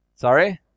Sorry